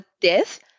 death